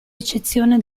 eccezione